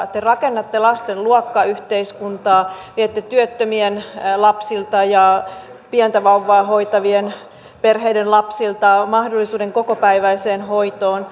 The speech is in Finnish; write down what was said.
te rakennatte lasten luokkayhteiskuntaa viette työttömien lapsilta ja pientä vauvaa hoitavien perheiden lapsilta mahdollisuuden kokopäiväiseen hoitoon